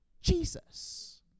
Jesus